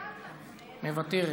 מוותרת,